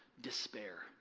despair